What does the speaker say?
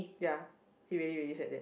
ya he really really said that